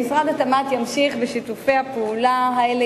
משרד התמ"ת ימשיך בשיתופי הפעולה האלה